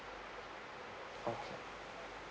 okay